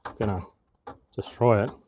gonna destroy it.